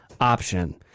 option